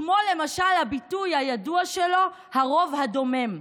כמו למשל הביטוי הידוע שלו: הרוב הדומם.